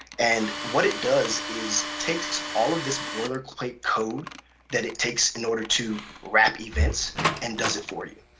and what it does is takes all of this boilerplate code that it takes in order to wrap events and does it for you.